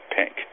pink